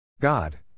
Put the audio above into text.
God